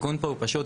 התיקון פה הוא פשוט.